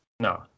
No